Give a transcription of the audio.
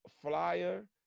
flyer